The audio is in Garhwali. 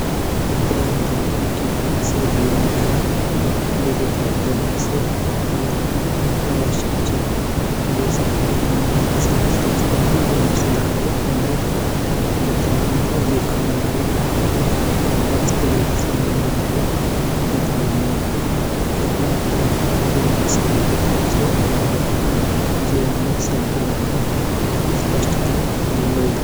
प्रौद्यौगिकी से भेर निकन और डिजिटल दुनिया से अलग वोण आवश्यक ची येसे हमा जू मानसिक स्वस्त्य ची वेमा सुधार औंदु जू तनाव ची उ भी कम वंदु और वास्तविक संबंधूं म भी बडावा मीलदू जू हमा प्रकृति ची वेमा समय बितोंण से हमा जीवन म संतुलन और स्पष्टता भी मिल्दी।